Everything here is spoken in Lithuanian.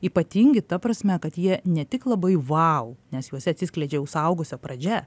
ypatingi ta prasme kad jie ne tik labai wow nes juose atsiskleidžiau jau suaugusio pradžia